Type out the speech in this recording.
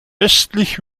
östlich